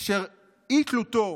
אשר ביקר אי-תלותו